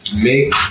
Make